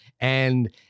And-